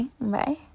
bye